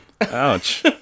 ouch